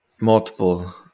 multiple